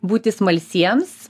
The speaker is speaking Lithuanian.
būti smalsiems